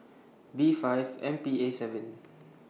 B five M P A seven